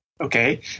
Okay